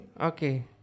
Okay